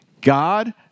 God